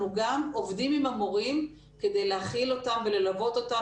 גם עובדים עם המורים כדי להכין אותם וללוות אותם